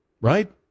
Right